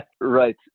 Right